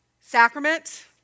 Sacrament